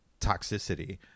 toxicity